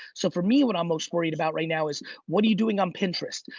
so for me, what i'm most worried about right now is what are you doing on pinterest?